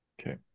okay